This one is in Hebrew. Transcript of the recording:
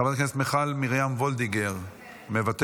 חברת הכנסת מיכל מרים וולדיגר -- מוותרת.